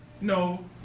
No